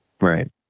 right